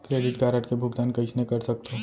Credit card के भुगतान कइसने कर सकथो?